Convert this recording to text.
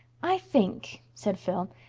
i think, said phil,